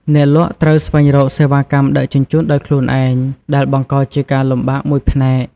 អ្នកលក់ត្រូវស្វែងរកសេវាកម្មដឹកជញ្ជូនដោយខ្លួនឯង ដែលបង្កជាការលំបាកមួយផ្នែក។